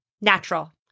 Natural